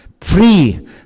free